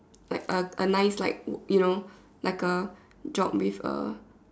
like a a nice like you know like a job with a